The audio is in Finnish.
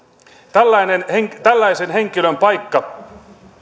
tällaisen henkilön paikka